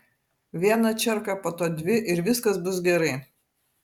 vieną čerką po to dvi ir viskas bus gerai